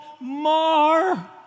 more